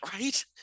right